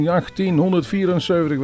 1874